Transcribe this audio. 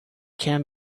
can